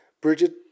Bridget